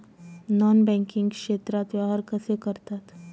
Non banking क्षेत्रात व्यवहार कसे करतात?